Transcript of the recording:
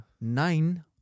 Nine